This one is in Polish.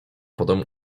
potem